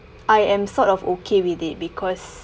I am sort of okay with it because